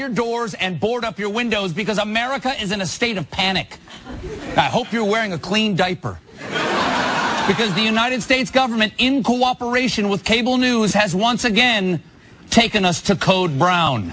your doors and board up your windows because america is in a state of panic i hope you're wearing a clean diaper because the united states government in cooperation with cable news has once again taken us to code brown